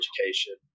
education